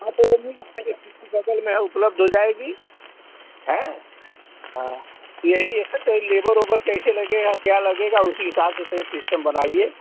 हाँ तो वो भी क्योंकि बगल में है उपलब्ध हो जाएगी हें हाँ यही है तो ई लेबर ओबर कैसे लगेगा क्या लगेगा उसी हिसाब से तनि सिस्टम बनाइए